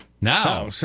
Now